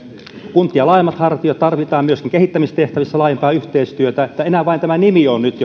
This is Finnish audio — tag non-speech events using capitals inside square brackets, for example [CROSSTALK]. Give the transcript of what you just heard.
kuntia laajemmat hartiat ja tarvitaan myöskin kehittämistehtävissä laajempaa yhteistyötä niin että enää vain tämä nimi on nyt [UNINTELLIGIBLE]